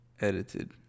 Edited